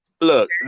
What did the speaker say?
Look